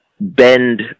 bend